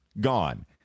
gone